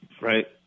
right